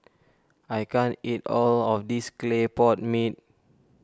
I can't eat all of this Clay Pot Mee